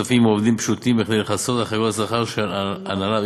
כספים מעובדים פשוטים כדי לכסות על חריגות השכר שלה ההנהלה,